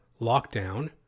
lockdown